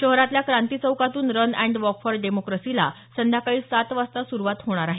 शहरातल्या क्रांती चौकातून run and walk for डेमोक्रसीला संध्याकाळी सात वाजता सुरूवात होणार आहे